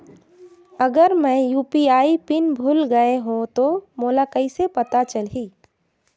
अगर मैं UPI PIN भुल गये हो तो मोला कइसे पता चलही?